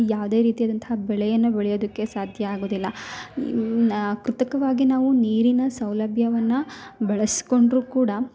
ಯಾವುದೇ ರೀತಿಯಾದಂಥ ಬೆಳೆಯನ್ನು ಬೆಳೆಯುವುದಕ್ಕೆ ಸಾಧ್ಯ ಆಗೋದಿಲ್ಲ ಕೃತಕವಾಗಿ ನಾವು ನೀರಿನ ಸೌಲಭ್ಯವನ್ನ ಬಳಸಿಕೊಂಡ್ರು ಕೂಡ